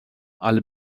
alle